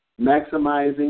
maximizing